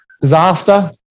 disaster